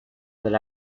del